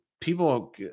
people